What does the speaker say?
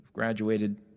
graduated